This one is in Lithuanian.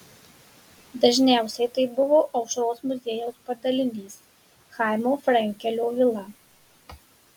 dažniausiai tai buvo aušros muziejaus padalinys chaimo frenkelio vila